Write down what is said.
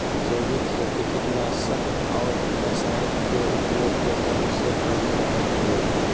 जैविक खेती कीटनाशक और रसायन के उपयोग के कम से कम करय हइ